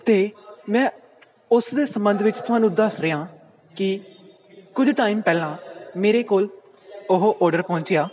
ਅਤੇ ਮੈਂ ਉਸ ਦੇ ਸੰਬੰਧ ਵਿੱਚ ਤੁਹਾਨੂੰ ਦੱਸ ਰਿਹਾ ਕਿ ਕੁਝ ਟਾਈਮ ਪਹਿਲਾਂ ਮੇਰੇ ਕੋਲ ਉਹ ਔਡਰ ਪਹੁੰਚਿਆ